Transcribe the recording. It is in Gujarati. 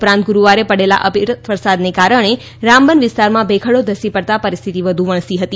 ઉપરાંત ગુરૂવારે પડેલા અવિરત વરસાદને પગલે રામબન વિસ્તારમાં ભેખડો ધસી પડતા પરિસ્થિતિ વધુ વણસી હતી